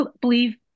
believe